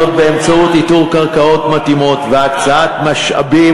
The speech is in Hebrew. זאת באמצעות איתור קרקעות מתאימות והקצאת משאבים